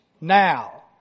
now